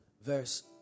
verse